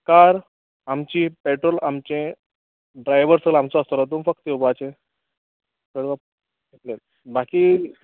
car आमची petrol आमचें driver सगलो आमचो आसतलो तुम फक्त येवपाचें कळ्ळें तुका बाकी